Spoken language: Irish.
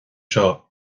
seo